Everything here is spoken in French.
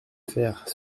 faire